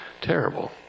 terrible